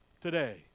Today